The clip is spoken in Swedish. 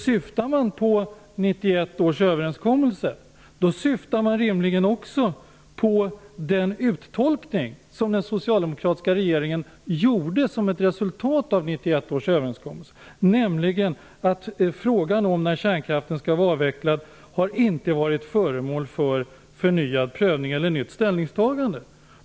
Syftar man på 1991 års överenskommelse, syftar man rimligen också på den uttolkning som den socialdemokratiska regeringen gjorde som ett resultat av 1991 års överenskommelse, nämligen att frågan om när kärnkraften skall vara avvecklad inte har varit föremål för förnyad prövning eller nytt ställningstagande.